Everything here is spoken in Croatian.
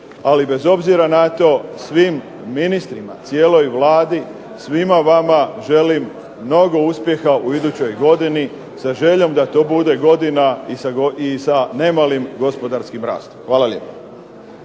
ali bez obzira na to svim ministrima, cijeloj Vladi, svima vama želim mnogo uspjeha u idućoj godini, sa željom da to bude godina i sa nemalim gospodarskim rastom. Hvala lijepo.